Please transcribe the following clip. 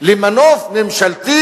למנוף ממשלתי